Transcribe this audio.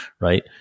right